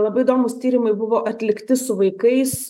labai įdomūs tyrimai buvo atlikti su vaikais